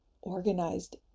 organized